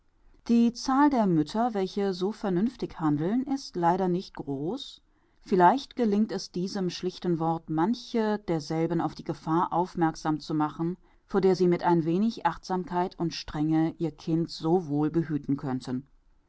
die zahl der mütter welche so vernünftig handeln ist leider nicht groß vielleicht gelingt es diesem schlichten wort manche derselben auf die gefahr aufmerksam zu machen vor der sie mit ein wenig achtsamkeit und strenge ihr kind so wohl behüten könnten